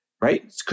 Right